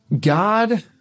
God